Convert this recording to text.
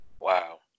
Wow